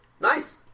Nice